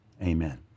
Amen